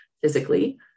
physically